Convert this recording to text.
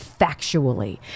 factually